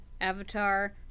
Avatar